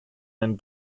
ein